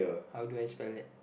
how do I spell that